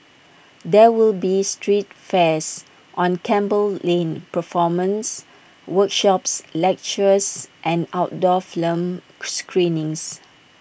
there will be street fairs on Campbell lane performances workshops lectures and outdoor film screenings